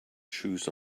chews